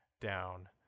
down